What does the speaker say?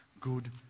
good